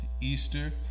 Easter